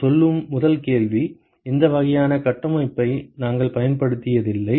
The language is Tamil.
நான் சொல்லும் முதல் கேள்வி இந்த வகையான கட்டமைப்பை நாங்கள் பயன்படுத்தியதில்லை